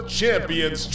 champions